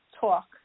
talk